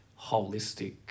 holistic